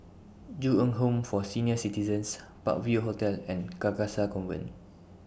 Ju Eng Home For Senior Citizens Park View Hotel and Carcasa Convent